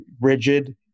rigid